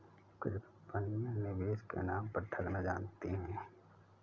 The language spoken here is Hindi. कुछ कंपनियां निवेश के नाम पर ठगना जानती हैं